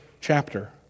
chapter